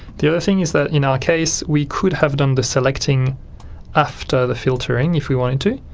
the other thing is that in our case, we could have done the selecting after the filtering if we wanted to,